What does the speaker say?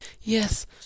yes